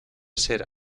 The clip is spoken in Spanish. ser